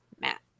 Matt